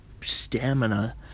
stamina